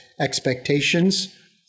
expectations